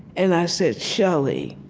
and i said, shelley,